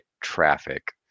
traffic